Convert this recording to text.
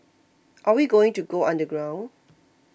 are we going to go underground